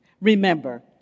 remember